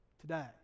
today